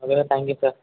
anyway thank you sir